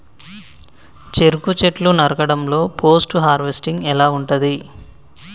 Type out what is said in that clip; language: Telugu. చెరుకు చెట్లు నరకడం లో పోస్ట్ హార్వెస్టింగ్ ఎలా ఉంటది?